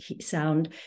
sound